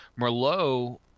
Merlot